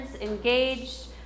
engaged